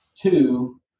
two